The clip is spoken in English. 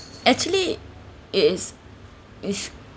actually it is it's